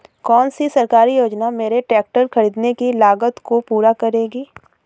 कौन सी सरकारी योजना मेरे ट्रैक्टर ख़रीदने की लागत को पूरा करेगी?